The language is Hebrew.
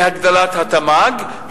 בהגדלת התמ"ג,